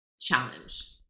challenge